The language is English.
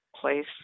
place